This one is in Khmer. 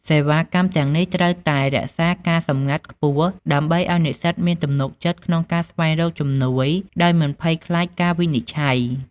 សេវាកម្មទាំងនេះត្រូវតែរក្សាការសម្ងាត់ខ្ពស់ដើម្បីឱ្យនិស្សិតមានទំនុកចិត្តក្នុងការស្វែងរកជំនួយដោយមិនភ័យខ្លាចការវិនិច្ឆ័យ។